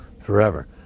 forever